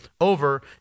over